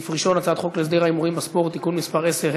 סעיף ראשון: הצעת חוק להסדר ההימורים בספורט (תיקון מס' 10),